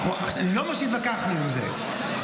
אני לא אומר שהתווכחנו עם זה,